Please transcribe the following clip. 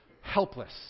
Helpless